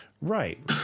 Right